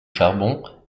charbon